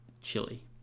chili